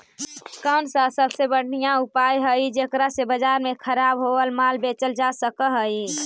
कौन सा सबसे बढ़िया उपाय हई जेकरा से बाजार में खराब होअल माल बेचल जा सक हई?